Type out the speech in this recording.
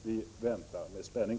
Vi väntar med spänning.